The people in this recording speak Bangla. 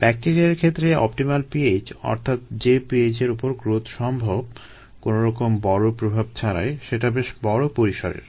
ব্যাকটেরিয়ার ক্ষেত্রে অপটিমাল pH অর্থাৎ যে pH এর উপর গ্রোথ সম্ভব - কোনো রকম বড় প্রভাব ছাড়াই - সেটা বেশ বড় পরিসরের